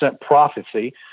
prophecy